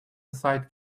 aside